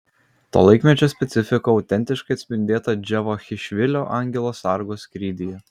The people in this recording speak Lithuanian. to laikmečio specifika autentiškai atspindėta džavachišvilio angelo sargo skrydyje